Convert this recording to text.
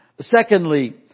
Secondly